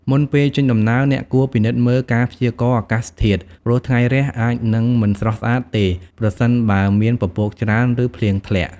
មុនពេលចេញដំណើរ អ្នកគួរ ពិនិត្យមើលការព្យាករណ៍អាកាសធាតុ ព្រោះថ្ងៃរះអាចនឹងមិនស្រស់ស្អាតទេ ប្រសិនបើមានពពកច្រើន ឬភ្លៀងធ្លាក់។